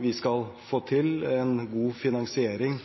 vi skal få til en god finansiering